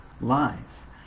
life